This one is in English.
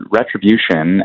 retribution